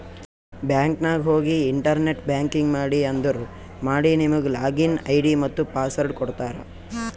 bank ನಾಗ್ ಹೋಗಿ internet banking ಮಾಡ್ರಿ ಅಂದುರ್ ಮಾಡಿ ನಿಮುಗ್ ಲಾಗಿನ್ ಐ.ಡಿ ಮತ್ತ ಪಾಸ್ವರ್ಡ್ ಕೊಡ್ತಾರ್